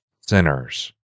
sinners